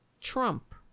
Trump